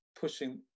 pushing